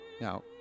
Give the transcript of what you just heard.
Now